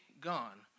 gone